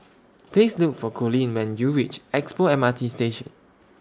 Please Look For Coleen when YOU REACH Expo M R T Station